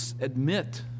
admit